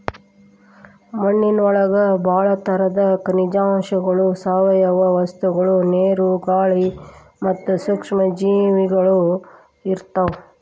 ಮಣ್ಣಿನೊಳಗ ಬಾಳ ತರದ ಖನಿಜಾಂಶಗಳು, ಸಾವಯವ ವಸ್ತುಗಳು, ನೇರು, ಗಾಳಿ ಮತ್ತ ಸೂಕ್ಷ್ಮ ಜೇವಿಗಳು ಇರ್ತಾವ